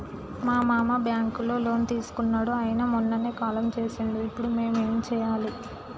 మా మామ బ్యాంక్ లో లోన్ తీసుకున్నడు అయిన మొన్ననే కాలం చేసిండు ఇప్పుడు మేం ఏం చేయాలి?